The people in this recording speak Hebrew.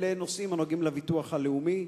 נושאים הנוגעים לביטוח הלאומי,